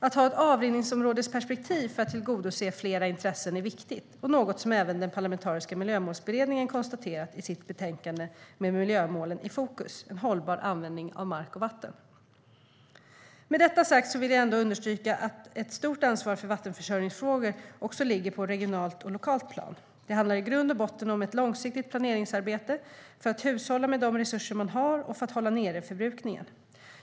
Att ha ett avrinningsområdesperspektiv för att tillgodose flera intressen är viktigt, och något som även den parlamentariska Miljömålsberedningen konstaterar i sitt betänkande Med miljömålen i fokus hållbar användning av mark och vattenMed detta sagt vill jag ändå understryka att ett stort ansvar för vattenförsörjningsfrågor också ligger på regionalt och lokalt plan. Det handlar i grund och botten om ett långsiktigt planeringsarbete för att hushålla med de resurser man har och för att hålla nere förbrukningen.